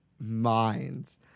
minds